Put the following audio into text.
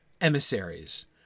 emissaries